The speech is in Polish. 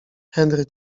henry